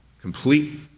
complete